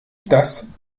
das